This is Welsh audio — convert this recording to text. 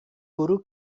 bwrw